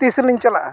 ᱛᱤᱥᱞᱤᱧ ᱪᱟᱞᱟᱜᱼᱟ